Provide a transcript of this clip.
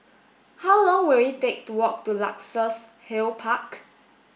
how long will it take to walk to Luxus Hill Park